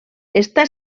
està